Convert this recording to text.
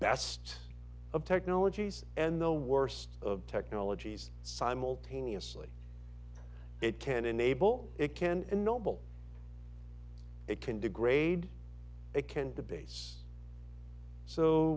best of technologies and the worst of technologies simultaneously it can enable it can and noble it can degrade it can debase so